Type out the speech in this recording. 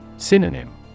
Synonym